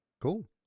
cool